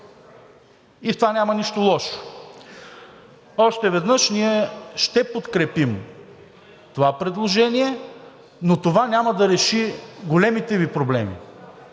и в това няма нищо лошо. Още веднъж. Ние ще подкрепим това предложение, но това няма да реши големите Ви проблеми.